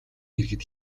иргэд